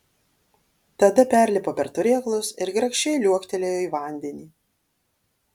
tada perlipo per turėklus ir grakščiai liuoktelėjo į vandenį